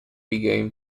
began